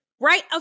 right